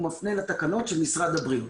הוא מפנה לתקנות של משרד הבריאות.